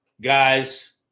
guys